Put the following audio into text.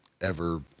ever-